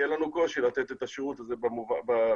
יהיה לנו קושי לתת את השירות הזה אבל אנחנו